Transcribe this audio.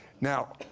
Now